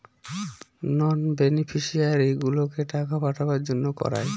নন বেনিফিশিয়ারিগুলোকে টাকা পাঠাবার জন্য করায়